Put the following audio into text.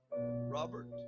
Robert